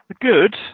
good